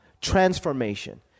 transformation